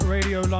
Radio